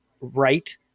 right